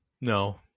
No